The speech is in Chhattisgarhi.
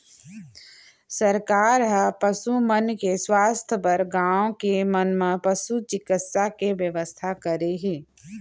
सरकार ह पसु मन के सुवास्थ बर गॉंव मन म पसु चिकित्सा के बेवस्था करे हे